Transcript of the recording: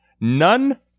none